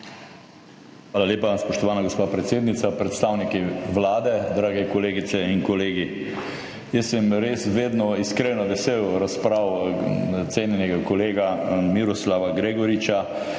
Hvala lepa, spoštovana gospa predsednica. Predstavniki Vlade, dragi kolegice in kolegi! Jaz sem res vedno iskreno vesel razprav cenjenega kolega Miroslava Gregoriča,